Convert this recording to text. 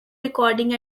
recording